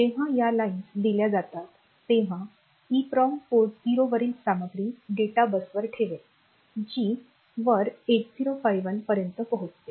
जेव्हा या लाइन्स दिल्या जातात तेव्हा EPROM पोर्ट 0 वरील सामग्री डेटा बसवर ठेवेल जी वर 8051 पर्यंत पोहोचते